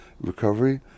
recovery